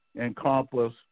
encompass